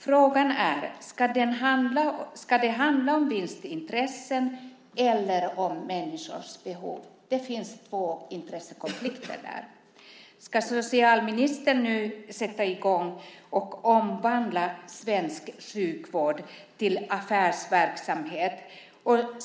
Frågan är: Ska det handla om vinstintressen eller om människors behov? Det finns en intressekonflikt där. Ska socialministern nu sätta i gång och omvandla svensk sjukvård till affärsverksamhet?